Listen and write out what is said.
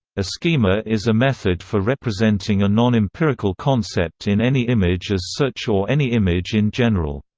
a schema is a method for representing a non-empirical concept in any image as such or any image in general,